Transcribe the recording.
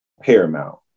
paramount